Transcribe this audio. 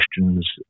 questions